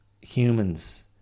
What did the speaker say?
humans